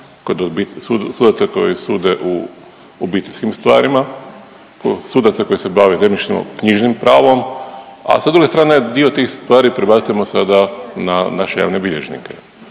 sudaca koji sude u obiteljskim stvarima, sudaca koji se bave zemljišno-knjižnim pravom, a sa druge strane dio tih stvari prebacujemo sada na naše javne bilježnike.